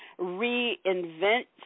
reinvent